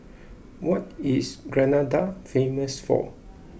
what is Grenada famous for